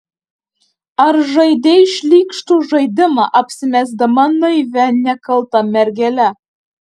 ar žaidei šlykštų žaidimą apsimesdama naivia nekalta mergele